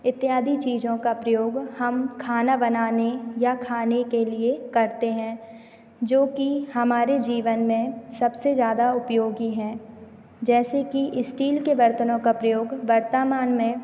इत्यादि चीज़ों का प्रयोग हम खाना बनाने या खाने के लिए करते हैं जो कि हमारे जीवन में सबसे ज़्यादा उपयोगी हैं जैसे कि इस्टील के बर्तनों का प्रयोग वर्तमान में